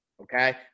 okay